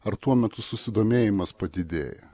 ar tuo metu susidomėjimas padidėja